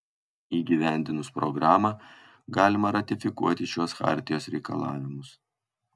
įgyvendinus programą galima ratifikuoti šiuos chartijos reikalavimus